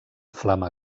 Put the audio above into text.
flama